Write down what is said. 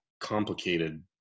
complicated